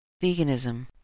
veganism